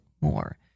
more